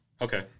Okay